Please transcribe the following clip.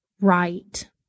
Right